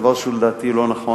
דבר שלדעתי הוא לא נכון.